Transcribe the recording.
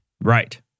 Right